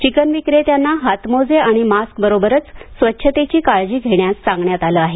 chicken विक्रेत्याना हातमोजे आणि मास्क बरोबरच स्वछतेची काळजी घेण्यास सांगण्यात आलं आहे